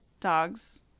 dogs